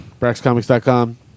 BraxComics.com